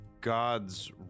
gods